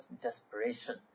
desperation